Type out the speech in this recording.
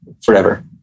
forever